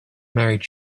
married